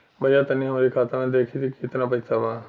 भईया तनि हमरे खाता में देखती की कितना पइसा बा?